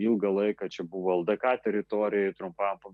ilgą laiką čia buvo ldk teritorijoj trumpam